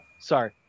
Sorry